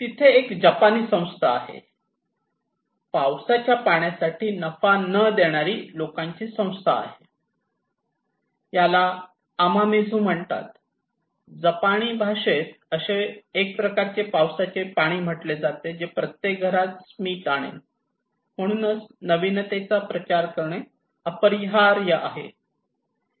तिथे एक जपानी संस्था आहे पावसाच्या पाण्यासाठी नफा न देणारी लोकांची संस्था आहे याला अमामिझु म्हणतात जपानी भाषेत असे एक प्रकारचे पावसाचे पाणी म्हटले जाते जे प्रत्येक घरात स्मित आणेल म्हणूनच नवीनतेचा प्रसार करणे अपरिहार्य आहे